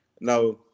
Now